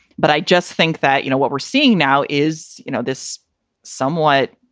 but i just think that, you know, what we're seeing now is you know this somewhat